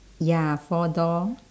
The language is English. ya four door